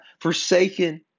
forsaken